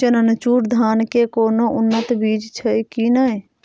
चननचूर धान के कोनो उन्नत बीज छै कि नय?